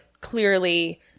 clearly